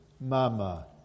mama